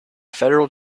federal